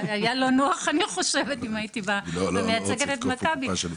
אני לא שמעתי ב׳כללית׳ על דבר כזה.